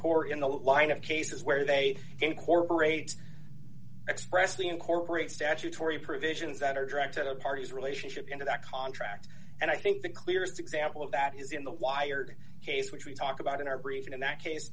court in the line of cases where they incorporate expressly incorporate statutory provisions that are direct to the parties relationship into that contract and i think the clearest example of that is in the wired case which we talk about in our brief and in that case